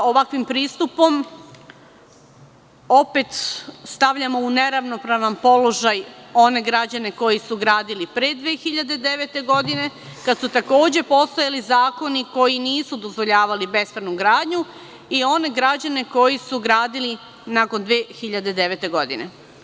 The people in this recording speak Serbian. Ovakvim pristupom opet stavljamo u neravnopravan položaj one građane koji su gradili pre 2009. godine kada su takođe postojali zakoni koji nisu dozvoljavali bespravnu gradnju i one građane koji su gradili nakon 2009. godine.